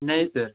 नहीं सर